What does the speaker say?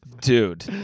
Dude